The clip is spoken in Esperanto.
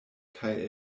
kaj